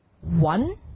one